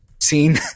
seen